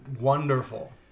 wonderful